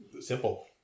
simple